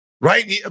Right